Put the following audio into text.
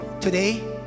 today